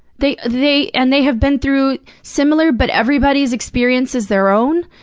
they they and they have been through similar but everybody's experience is their own.